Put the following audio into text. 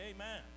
amen